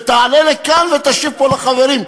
ותעלה לכאן ותשיב פה לחברים?